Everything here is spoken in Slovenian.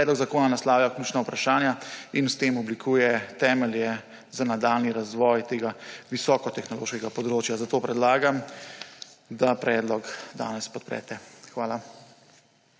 Predlog zakona naslavlja ključna vprašanja in s tem oblikuje temelje za nadaljnji razvoj tega visoko tehnološkega področja, zato predlagam, da predlog danes podprete. Hvala.